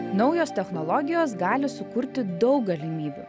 naujos technologijos gali sukurti daug galimybių